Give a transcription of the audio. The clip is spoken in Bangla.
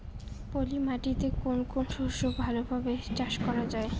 পলি মাটিতে কোন কোন শস্য ভালোভাবে চাষ করা য়ায়?